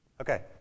Okay